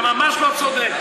אתה ממש לא צודק.